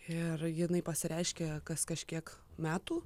ir jinai pasireiškia kas kažkiek metų